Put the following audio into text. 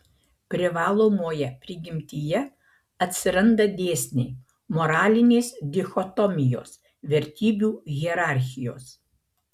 privalomoje prigimtyje atsiranda dėsniai moralinės dichotomijos vertybių hierarchijos